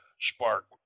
spark